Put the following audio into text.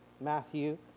Matthew